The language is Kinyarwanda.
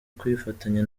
kwifatanya